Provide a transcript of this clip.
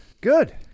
Good